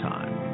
Time